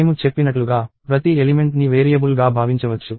మేము చెప్పినట్లుగా ప్రతి ఎలిమెంట్ ని వేరియబుల్గా భావించవచ్చు